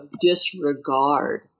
disregard